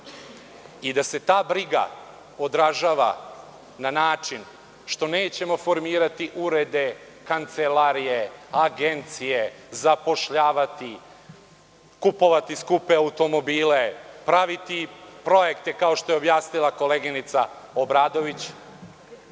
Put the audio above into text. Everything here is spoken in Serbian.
i da se ta briga odražava na način što nećemo formirati urede, kancelarije, agencije, zapošljavati, kupovati skupe automobile, praviti projekte kao što je objasnila koleginica Obradović,